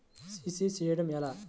CC చేయడము ఎలా?